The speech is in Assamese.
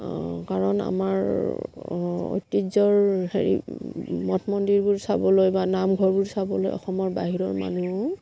কাৰণ আমাৰ ঐতিহ্যৰ হেৰি মঠ মন্দিৰবোৰ চাবলৈ বা নামঘৰবোৰ চাবলৈ অসমৰ বাহিৰৰ মানুহো